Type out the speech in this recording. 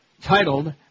Titled